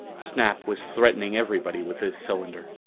snap was threatening everybody with his cylinder.